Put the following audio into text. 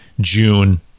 June